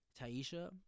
Taisha